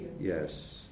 yes